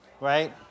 right